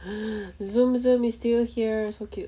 zoom zoom is still here so cute